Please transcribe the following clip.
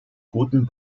gutem